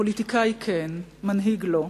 פוליטיקאי כן, מנהיג לא.